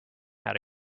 had